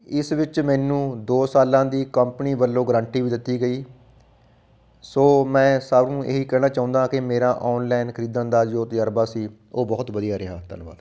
ਇਸ ਵਿੱਚ ਮੈਨੂੰ ਦੋ ਸਾਲਾਂ ਦੀ ਕੰਪਨੀ ਵੱਲੋਂ ਗਰੰਟੀ ਵੀ ਦਿੱਤੀ ਗਈ ਸੋ ਮੈਂ ਸਭ ਨੂੰ ਇਹੀ ਕਹਿਣਾ ਚਾਹੁੰਦਾ ਕਿ ਮੇਰਾ ਔਨਲਾਈਨ ਖਰੀਦਣ ਦਾ ਜੋ ਤਜ਼ਰਬਾ ਸੀ ਉਹ ਬਹੁਤ ਵਧੀਆ ਰਿਹਾ ਧੰਨਵਾਦ